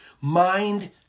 Mind